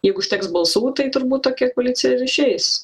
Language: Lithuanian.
jeigu užteks balsų tai turbūt tokia koalicija ir išeis